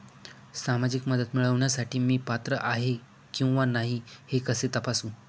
सामाजिक मदत मिळविण्यासाठी मी पात्र आहे किंवा नाही हे कसे तपासू?